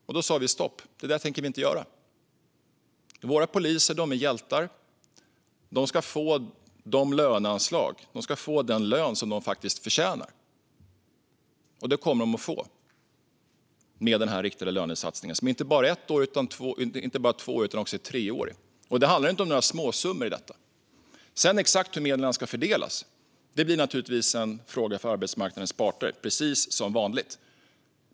Då sa vi: Stopp, det där tänker vi inte göra! Våra poliser är hjältar. De ska få de löneanslag och de löner som de faktiskt förtjänar, och det kommer de att få med denna riktade lönesatsning. Den är dessutom inte bara på ett eller två år, utan den är treårig. Och det handlar inte om några småsummor. När det sedan gäller exakt hur medlen ska fördelas blir det naturligtvis en fråga för arbetsmarknadens parter, precis som vanligt.